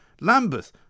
Lambeth